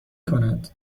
کند